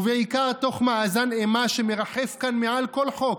ובעיקר תוך מאזן אימה שמרחף כאן מעל כל חוק.